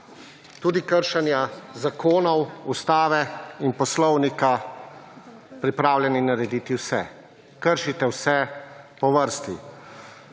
tudi kršenja zakonov, Ustave in poslovnika pripravljeni narediti vse. Kršite vse po vrsti.